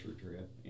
trip